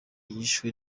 yishwe